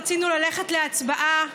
כשרצינו ללכת להצבעה,